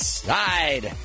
side